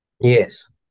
Yes